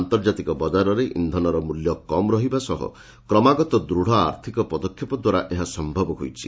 ଆନ୍ତର୍ଜାତିକ ବଜାରରେ ଇନ୍ଧନର ମୂଲ୍ୟ କମ୍ ରହିବା ସହ କ୍ରମାଗତ ଦୃଢ଼ ଆର୍ଥିକ ପଦକ୍ଷେପ ଦ୍ୱାରା ଏହା ସୟବ ହୋଇଛି